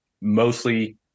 mostly